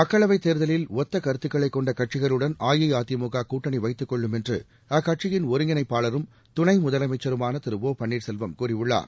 மக்களவைத் தேர்தலில் ஒத்தக் கருத்துக்களை கொண்ட கட்சிகளுடன் அஇஅதிமுக கூட்டணி வைத்துக் கொள்ளும் என்று அக்கட்சியின் ஒருங்கிணைப்பாளரும் துணை முதலமைச்சருமான திரு ஒ பன்னீர்செல்வம் கூறியுள்ளார்